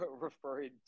referring